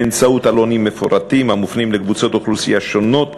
באמצעות עלונים מפורטים המופנים לקבוצות אוכלוסייה שונות,